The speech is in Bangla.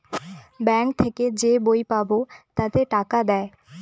ব্যাঙ্ক থেকে যে বই পাবো তাতে টাকা দেয়